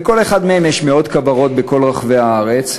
לכל אחד מהם יש מאות כוורות בכל רחבי הארץ.